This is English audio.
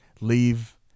leave